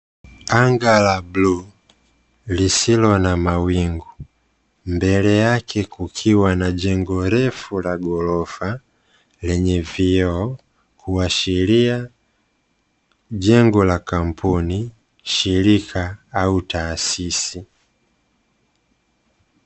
Anga la bluu lisilo na mawingu mbele yake kukiwa na jengo refu la ghorofa, lenye vioo kuashiria jengo la kampuni, shirika au taasisi.